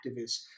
activists